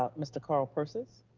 ah mr. carl persis?